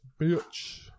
bitch